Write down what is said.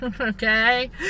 okay